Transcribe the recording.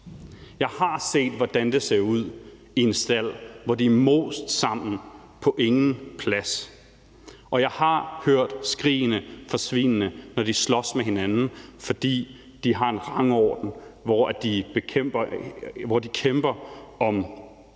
Jeg har set, hvordan det ser ud i en stald, hvor de er most sammen på ingen plads. Jeg har hørt skrigene fra svinene, når de slås med hinanden, fordi de har en rangorden, hvor de kæmper om den